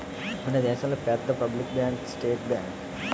మన దేశంలో పెద్ద పబ్లిక్ బ్యాంకు స్టేట్ బ్యాంకు